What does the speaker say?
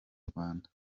rwanda